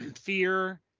fear